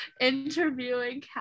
Interviewing